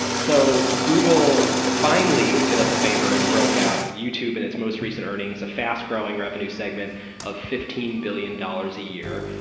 so google finally did us a favor and broke out youtube in its most recent earnings, a fast-growing revenue segment of fifteen billion dollars a year.